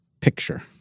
picture